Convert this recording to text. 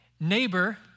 Neighbor